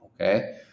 okay